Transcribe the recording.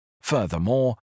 Furthermore